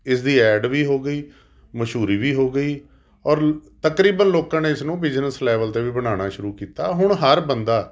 ਇਸਦੀ ਐਡ ਵੀ ਹੋ ਗਈ ਮਸ਼ਹੂਰੀ ਵੀ ਹੋ ਗਈ ਔਰ ਤਕਰੀਬਨ ਲੋਕਾਂ ਨੇ ਇਸ ਨੂੰ ਬਿਜ਼ਨਸ ਲੈਵਲ 'ਤੇ ਵੀ ਬਣਾਉਣਾ ਸ਼ੁਰੂ ਕੀਤਾ ਹੁਣ ਹਰ ਬੰਦਾ